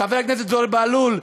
חבר הכנסת זוהיר בהלול,